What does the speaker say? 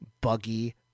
buggy